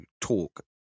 talk